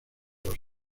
los